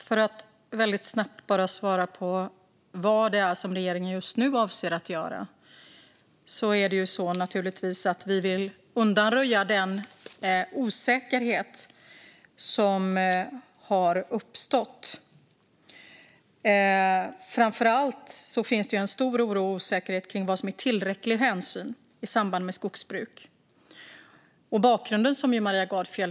Fru talman! För att snabbt svara på vad det är som regeringen just nu avser att göra: Vi vill naturligtvis undanröja den osäkerhet som har uppstått. Framför allt finns det en stor oro och osäkerhet kring vad som är tillräcklig hänsyn i samband med skogsbruk. Det här har vi diskuterat länge och väl.